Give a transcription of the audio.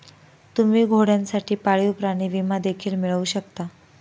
तुम्ही घोड्यांसाठी पाळीव प्राणी विमा देखील मिळवू शकता